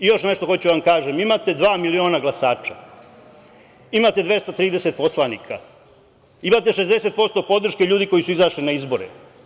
Još nešto hoću da vam kažem, imate dva miliona glasača, imate 230 poslanika, imate 60% podrške ljudi koji su izašli na izbore.